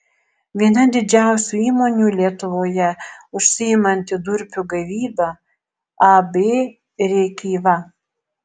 viena didžiausių įmonių lietuvoje užsiimanti durpių gavyba ab rėkyva